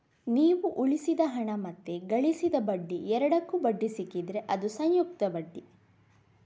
ನೀವು ಉಳಿಸಿದ ಹಣ ಮತ್ತೆ ಗಳಿಸಿದ ಬಡ್ಡಿ ಎರಡಕ್ಕೂ ಬಡ್ಡಿ ಸಿಕ್ಕಿದ್ರೆ ಅದು ಸಂಯುಕ್ತ ಬಡ್ಡಿ